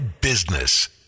Business